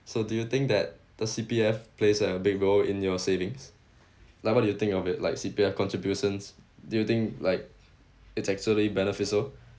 so do you think that the C_P_F plays a big role in your savings like what do you think of it like C_P_F contributions do you think like it's actually beneficial